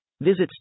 Visit